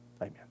amen